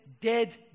Dead